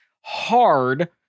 hard